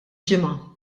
ġimgħa